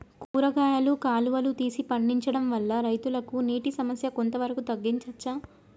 కూరగాయలు కాలువలు తీసి పండించడం వల్ల రైతులకు నీటి సమస్య కొంత వరకు తగ్గించచ్చా?